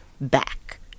back